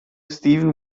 steven